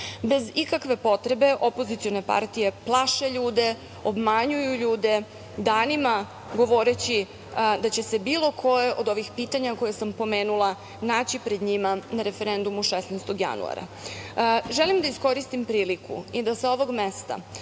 ikakve potrebe opozicione partije plaše ljude, obmanjuju ljude danima govoreći da će se bilo koje od ovih pitanja koje sam pomenula naći pred njima na referendumu 16. januara. Želim da iskoristim priliku i da sa ovog mesta